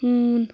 ہوٗن